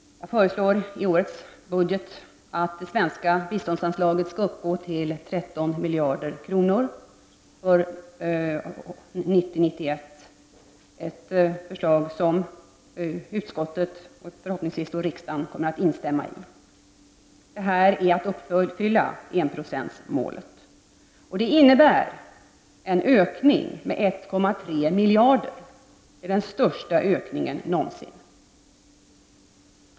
Jag föreslår i årets budget att det svenska biståndsanslaget skall uppgå till 13 miljarder kronor budgetåret 1990/91, ett förslag som utskottet och riksdagen förhoppningsvis kommer att instämma i. Därigenom uppfyller vi enprocentsmålet, och det innebär en ökning med 1,3 miljarder, den största ökningen någonsin.